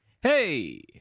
Hey